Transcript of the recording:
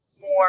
more